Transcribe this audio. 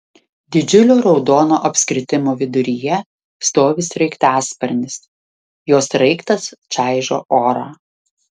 didžiulio raudono apskritimo viduryje stovi sraigtasparnis jo sraigtas čaižo orą